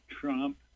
Trump